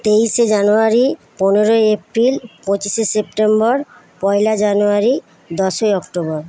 তেইশে জানুয়ারি পনেরোই এপ্রিল পঁচিশে সেপ্টেম্বর পয়লা জানুয়ারি দশই অক্টোবর